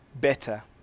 better